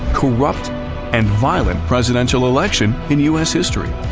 corrupt and violent presidential election in us history.